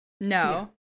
No